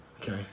Okay